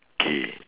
K